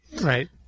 right